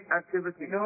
activity